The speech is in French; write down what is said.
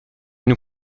nous